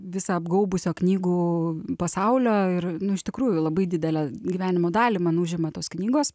visą apgaubusio knygų pasaulio ir nu iš tikrųjų labai didelę gyvenimo dalį man užima tos knygos